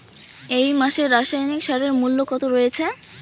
এই মাসে রাসায়নিক সারের মূল্য কত রয়েছে?